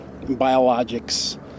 biologics